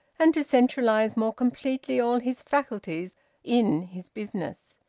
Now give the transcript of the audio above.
and to centralise more completely all his faculties in his business.